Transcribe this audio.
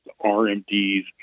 RMDs